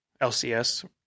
LCS